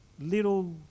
little